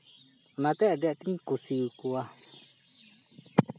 ᱚᱱᱟᱛᱮ ᱟᱹᱰᱤ ᱟᱸᱴᱤᱧ ᱠᱩᱥᱤᱣᱟᱠᱚᱣᱟ